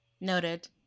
Noted